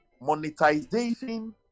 Monetization